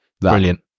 Brilliant